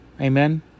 Amen